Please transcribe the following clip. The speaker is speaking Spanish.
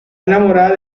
enamorada